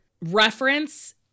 reference